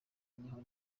niho